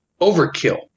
overkill